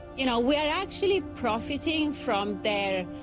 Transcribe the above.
you know, we are actually profiting from their,